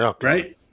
Right